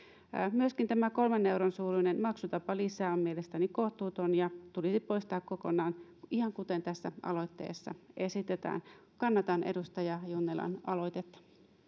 myöskin tämä kolmen euron suuruinen maksutapalisä on mielestäni kohtuuton ja tulisi poistaa kokonaan ihan kuten tässä aloitteessa esitetään kannatan edustaja junnilan aloitetta